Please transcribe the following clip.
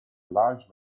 large